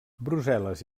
brussel·les